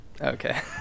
Okay